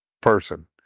person